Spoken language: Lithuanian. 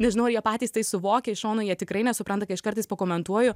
nežinau ar jie patys tai suvokia iš šono jie tikrai nesupranta kai aš kartais pakomentuoju